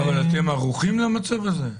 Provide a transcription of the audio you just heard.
אבל אתם ערוכים למצב הזה?